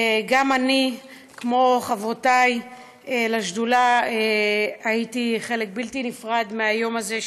גם אני כמו חברותי לשדולה הייתי חלק בלתי נפרד מהיום הזה,